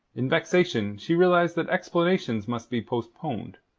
in vexation she realized that explanations must be postponed.